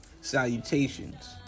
Salutations